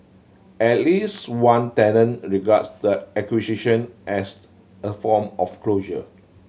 at least one tenant regards the acquisition as the a form of closure